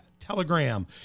Telegram